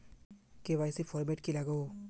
KYC format की लागोहो?